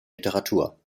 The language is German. literatur